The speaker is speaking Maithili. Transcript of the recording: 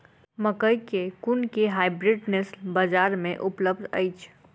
मकई केँ कुन केँ हाइब्रिड नस्ल बजार मे उपलब्ध अछि?